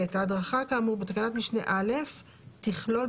ההדרכה כאמור בתקנת משנה (א) תכלול,